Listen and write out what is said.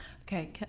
Okay